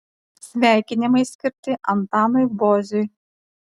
sveikinimai skirti antanui boziui